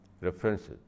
references